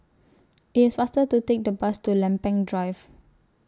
It's faster to Take The Bus to Lempeng Drive